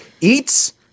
eats